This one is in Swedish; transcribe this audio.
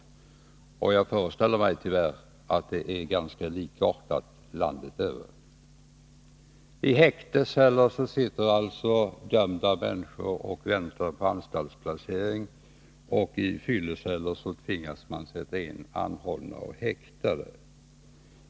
Jag föreställer mig att det tyvärr är ganska likartat landet över. I häkteceller sitter alltså dömda människor och väntar på anstaltsplacering, och i fylleceller tvingas man sätta in anhållna och häktade.